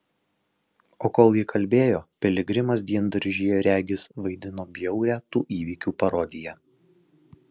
o kol ji kalbėjo piligrimas diendaržyje regis vaidino bjaurią tų įvykių parodiją